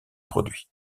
produit